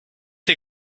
que